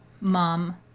Mom